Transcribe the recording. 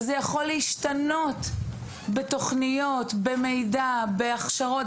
זה יכול להשתנות בתוכניות, במידע, בהכשרות.